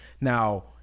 Now